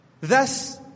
Thus